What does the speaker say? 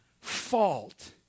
fault